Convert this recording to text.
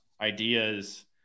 ideas